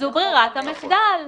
זו ברירת המחדל.